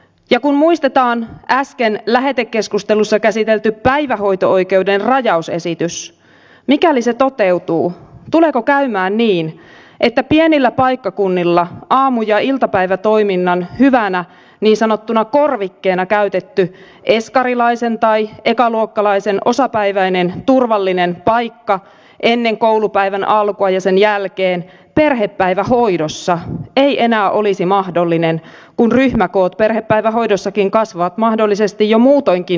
ja kun muistetaan äsken lähetekeskustelussa käsitelty päivähoito oikeuden rajausesitys niin mikäli se toteutuu tuleeko käymään niin että pienillä paikkakunnilla aamu ja iltapäivätoiminnan hyvänä niin sanottuna korvikkeena käytetty eskarilaisen tai ekaluokkalaisen osapäiväinen turvallinen paikka ennen koulupäivän alkua ja sen jälkeen perhepäivähoidossa ei enää olisi mahdollinen kun ryhmäkoot perhepäivähoidossakin kasvavat mahdollisesti jo muutoinkin liikaa